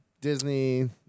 Disney